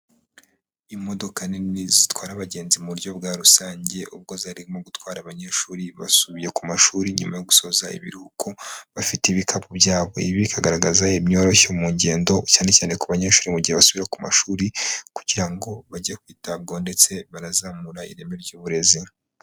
Imodoka nini zitwara abagenzi mu buryo bwa rusange ubwo zarimo gutwara abanyeshuri basubiye ku mashuri nyuma yo gusoza ibiruhuko, bafite ibikapu byabo. Ibi bikagaragaza imyoroshyo mu ngendo, cyane cyane ku banyeshuri mu gihe basubira ku mashuri, kugira ngo bajye kwitabwaho ndetse banazamura ireme ry'uburezi.